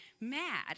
mad